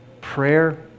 prayer